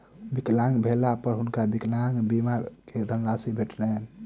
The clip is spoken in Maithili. विकलांग भेला पर हुनका विकलांग बीमा के धनराशि भेटलैन